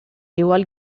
igual